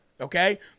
Okay